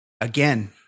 Again